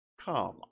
come